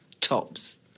tops